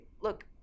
look